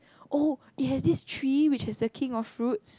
oh it has this tree which is the King of Fruits